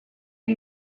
and